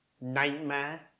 nightmare